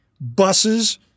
buses